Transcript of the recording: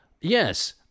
yes